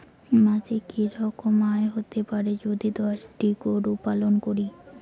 মাসিক কি রকম আয় হতে পারে যদি দশটি গরু পালন করি?